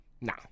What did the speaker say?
No